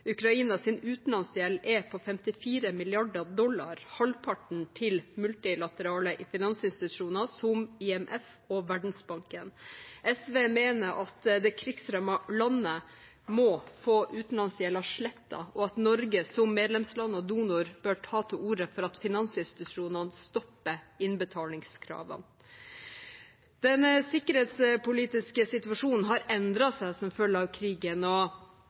utenlandsgjeld er på 54 mrd. dollar, halvparten til multilaterale finansinstitusjoner som IMF og Verdensbanken. SV mener at det krigsrammede landet må få utenlandsgjelden slettet, og at Norge som medlemsland og donor bør ta til orde for at finansinstitusjonene stopper innbetalingskravene. Den sikkerhetspolitiske situasjonen har endret seg som følge av krigen, og